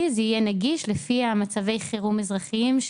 זה יהיה נגיש לפי מצבי החירום האזרחיים.